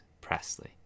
Presley